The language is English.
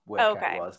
okay